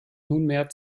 nunmehr